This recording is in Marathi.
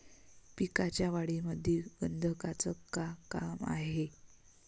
पिकाच्या वाढीमंदी गंधकाचं का काम हाये?